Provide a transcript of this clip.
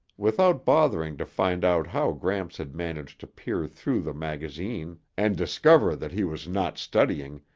without bothering to find out how gramps had managed to peer through the magazine and discover that he was not studying,